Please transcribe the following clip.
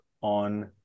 on